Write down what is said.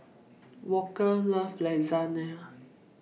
Walker loves Lasagne